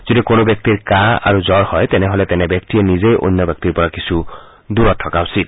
যদি কোনো ব্যক্তিৰ কাঁহ আৰু জুৰ হয় তেনেহলে তেনে ব্যক্তিয়ে নিজেই অন্য ব্যক্তিৰ পৰা কিছু দূৰত থকা উচিত